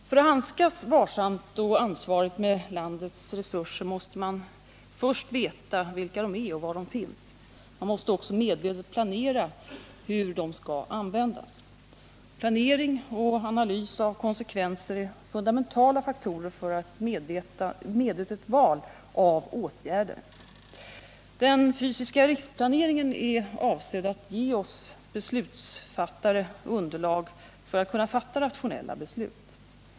För att handskas vettigt och ansvarigt med landets resurser måste man först veta vilka de är och var de finns. Man måste också medvetet planera hur de skall användas. Planering och analys av konsekvenser är fundamentala faktorer för ett medvetet val av åtgärder. Den fysiska riksplaneringen är avsedd att ge oss beslutsfattare underlag för att kunna fatta rationella beslut.